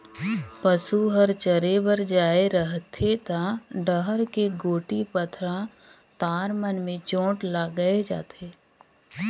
पसू हर चरे बर जाये रहथे त डहर के गोटी, पथरा, तार मन में चोट लायग जाथे